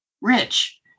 Rich